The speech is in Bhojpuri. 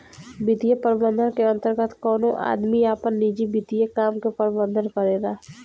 वित्तीय प्रबंधन के अंतर्गत कवनो आदमी आपन निजी वित्तीय काम के प्रबंधन करेला